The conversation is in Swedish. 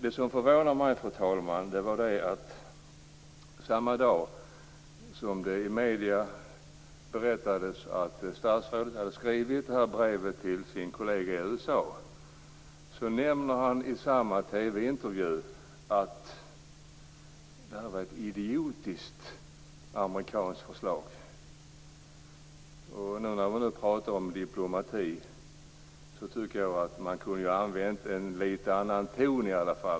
Det som förvånade mig, fru talman, var att samma dag som det i medierna berättades att statsrådet hade skrivit det här brevet till sin kollega i USA nämner han i samma TV-intervju att det var ett idiotiskt amerikanskt förslag. När vi nu pratar om diplomati tycker jag att man ju kunde ha använt en lite annan ton.